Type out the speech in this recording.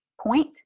point